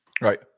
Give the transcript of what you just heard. Right